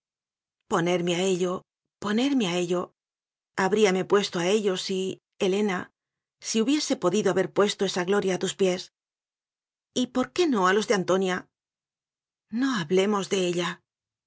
ponerme a ello ponerme a ello habríame puesto a ello sí helena si hubiese podido haber puesto esa gloria a tus pies y por qué no a los de antonia no hablemos de ella ah